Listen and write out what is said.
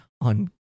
on